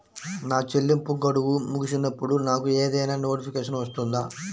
నా చెల్లింపు గడువు ముగిసినప్పుడు నాకు ఏదైనా నోటిఫికేషన్ వస్తుందా?